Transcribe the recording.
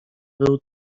był